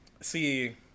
See